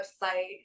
website